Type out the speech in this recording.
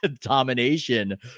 domination